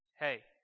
Hey